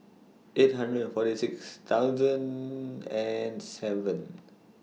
eight hundred and forty six thousand and seven